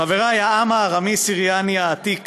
חברי, העם הארמי-סיריאני העתיק